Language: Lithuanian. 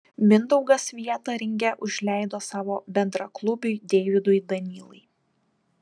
mindaugas vietą ringe užleido savo bendraklubiui deividui danylai